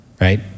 right